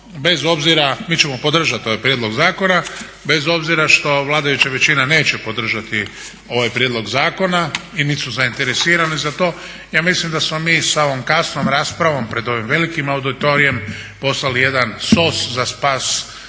bez obzira mi ćemo podržati ovaj prijedlog zakona bez obzira što vladajuća većina neće podržati ovaj prijedlog zakona i nisu zainteresirani za to. Ja mislim da smo mi sa ovom kasnom raspravom pred ovim velikim auditorijem postali jedan SOS za spas